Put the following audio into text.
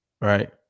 right